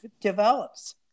develops